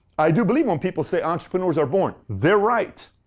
i do believe when people say entrepreneurs are born. they're right.